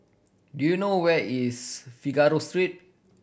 do you know where is Figaro Street